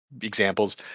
examples